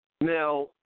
Now